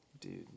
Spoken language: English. Dude